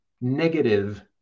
negative